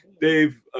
Dave